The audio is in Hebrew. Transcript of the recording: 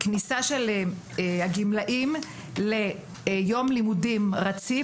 כמו כן על כניסה של הגמלאים ליום לימודים רציף.